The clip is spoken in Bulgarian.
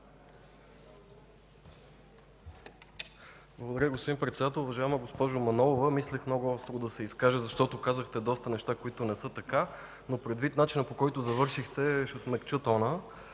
Благодаря, господин Председател. Уважаема госпожо Манолова, мислех да се изкажа много остро, защото казахте доста неща, които не са така, но предвид начина, по който завършихте, ще смекча тона.